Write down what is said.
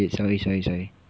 sorry sorry sorry